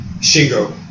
Shingo